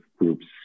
groups